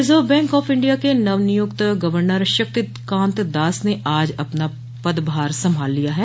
reserve Bank of India के नवनियुक्त governor Shaktikanta Das ने आज अपना पदभार संभाल लिया है